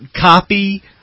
copy